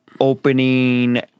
opening